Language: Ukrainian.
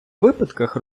випадках